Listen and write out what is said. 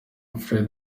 fred